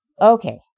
Okay